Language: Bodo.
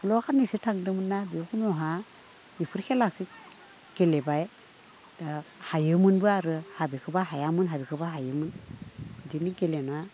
स्कुलाव साननैसो थांदोंमोन ना बेयावखुनुहा बेफोर खेलाखो गेलेबाय दा हायोमोनबो आरो माबेखोबा हायामोन माबेखोबा हायोमोन बिदिनो गेलेना